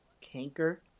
canker